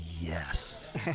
yes